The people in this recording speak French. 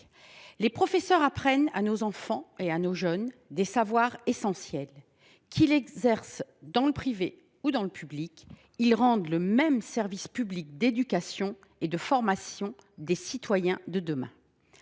les professeurs apprennent à nos enfants et à nos jeunes des savoirs essentiels. Qu’ils exercent dans le privé ou dans le public, ils rendent le même service public d’éducation et de formation des citoyens de demain.